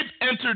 entered